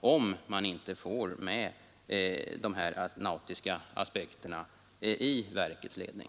om man inte får den nautiska sakkunskapen representerad i verkets ledning.